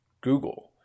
Google